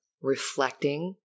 reflecting